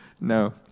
No